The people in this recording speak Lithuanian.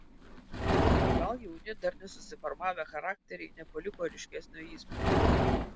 o gal jauni dar nesusiformavę charakteriai nepaliko ryškesnio įspūdžio